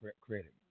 credit